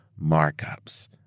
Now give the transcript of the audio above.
markups